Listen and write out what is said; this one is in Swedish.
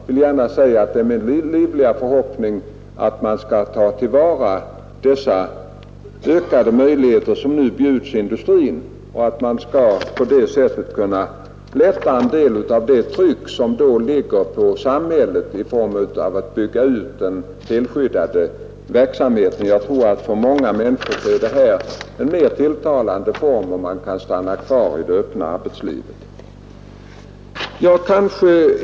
Det är min livliga förhoppning att man skall kunna ta till vara de ökade möjligheter som nu bjuds industrin och på detta sätt kunna lätta en del av trycket på samhället att behöva bygga ut den helskyddade verksamheten. Jag tror att det för många människor är mer tillfredsställande att få stanna kvar i det normala arbetslivet.